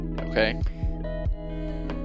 Okay